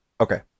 Okay